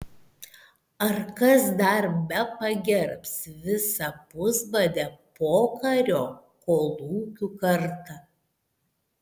ar kas dar bepagerbs visą pusbadę pokario kolūkių kartą